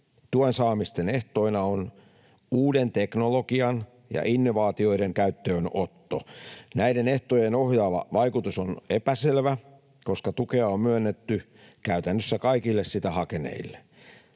Tuen saamisen ehtona on uuden teknologian ja innovaatioiden käyttöönotto. Näiden ehtojen ohjaava vaikutus on epäselvä, koska tukea on myönnetty käytännössä kaikille sitä hakeneille.